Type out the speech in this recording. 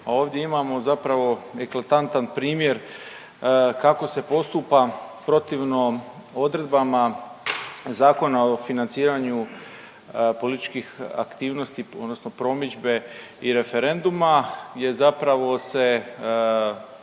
ovdje imamo zapravo eklatantan primjer kako se postupa protivno odredbama Zakona o financiranju političkih aktivnosti odnosno promidžbe i referenduma jer zapravo se pokušava